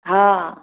हाँ